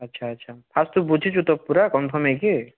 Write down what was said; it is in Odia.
ଆଚ୍ଛା ଆଚ୍ଛା ଫାର୍ଷ୍ଟ୍ ତୁ ବୁଝିଛୁ ତ ପୂରା କନ୍ଫର୍ମ୍ ହେଇକି